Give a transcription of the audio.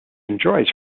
enjoys